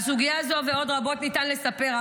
על סוגיה זו ועוד רבות ניתן לספר,